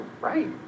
right